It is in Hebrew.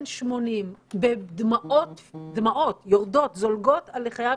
זה בלתי נתפס שאנחנו לא מצליחות ומצליחים